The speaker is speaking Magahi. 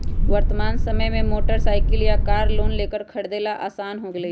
वर्तमान समय में मोटर साईकिल या कार लोन लेकर खरीदे ला आसान हो गयले है